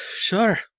sure